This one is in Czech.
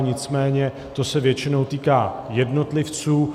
Nicméně to se většinou týká jednotlivců.